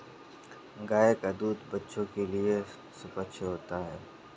गाय का दूध बच्चों के लिए सुपाच्य होता है